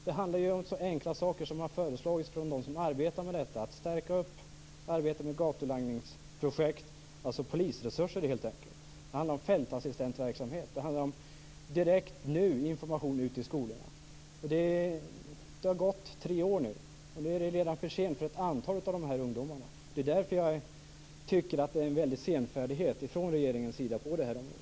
Det handlar om enkla saker som har föreslagits av dem som arbetar med detta. Det handlar om att stärka arbetet med gatulangningsprojekt - dvs. polisresurser, helt enkelt. Det handlar om fältassistentverksamhet. Det handlar om direkt information ut till skolorna. Det har gått tre år, och nu är det redan för sent för ett antal av de här ungdomarna. Det är därför jag tycker att det råder en väldig senfärdighet från regeringens sida på det här området.